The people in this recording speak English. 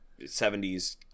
70s